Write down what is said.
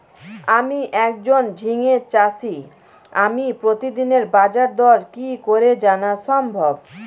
আমি একজন ঝিঙে চাষী আমি প্রতিদিনের বাজারদর কি করে জানা সম্ভব?